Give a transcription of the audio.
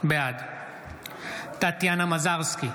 בעד טטיאנה מזרסקי,